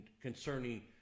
concerning